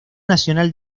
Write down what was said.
nacional